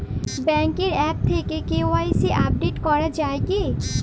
ব্যাঙ্কের আ্যপ থেকে KYC update করা যায় কি?